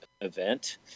event